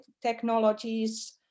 technologies